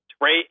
right